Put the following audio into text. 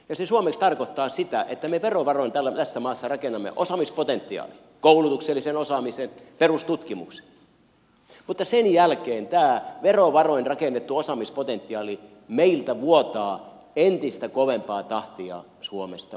se suomeksi tarkoittaa sitä että me verovaroin tässä maassa rakennamme osaamispotentiaalia koulutuksellisen osaamisen perustutkimuksen potentiaalia mutta sen jälkeen tämä verovaroin rakennettu osaamispotentiaali meiltä vuotaa entistä kovempaa tahtia suomesta ulos